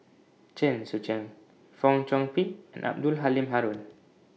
Chen Sucheng Fong Chong Pik and Abdul Halim Haron